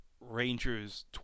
Rangers